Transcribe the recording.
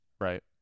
Right